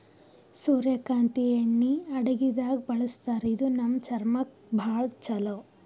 ಸೂರ್ಯಕಾಂತಿ ಎಣ್ಣಿ ಅಡಗಿದಾಗ್ ಬಳಸ್ತಾರ ಇದು ನಮ್ ಚರ್ಮಕ್ಕ್ ಭಾಳ್ ಛಲೋ